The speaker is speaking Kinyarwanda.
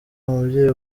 umubyeyi